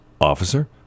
Officer